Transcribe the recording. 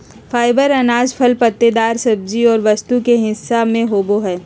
fibre अनाज, फल पत्तेदार सब्जी और वस्तु के हिस्सा में होबो हइ